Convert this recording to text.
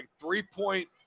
three-point